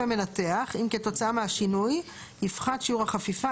מנתח אם כתוצאה מהשינוי יפחת שיעור החפיפה,